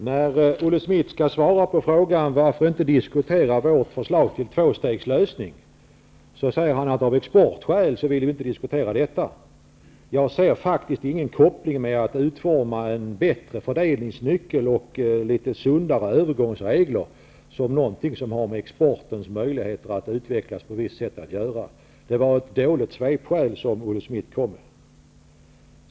Herr talman! När Olle Schmidt skall svara på frågan varför han inte vill diskutera vårt förslag till en tvåstegslösning, säger han att han av exportskäl inte vill diskutera detta. Jag ser faktiskt ingen koppling mellan att utforma en bättre fördelningsnyckel och litare sundare övergångsregler och möjligheterna för exporten att utvecklas på ett visst sätt. Det var ett dåligt svepskäl som Olle Schmidt kom med.